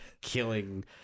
killing